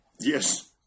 Yes